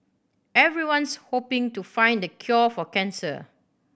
everyone's hoping to find the cure for cancer